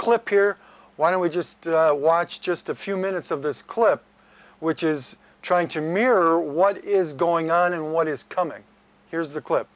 clip here why don't we just watch just a few minutes of this clip which is trying to mirror what is going on and what is coming here's the clip